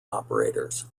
operators